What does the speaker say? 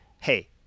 hey